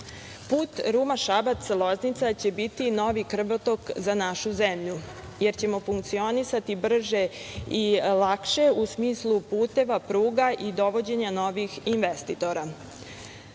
Ruma-Šabac-Loznica će biti novi krvotok za našu zemlju, jer ćemo funkcionisati brže i lakše u smislu puteva, pruga i dovođenja novih investitora.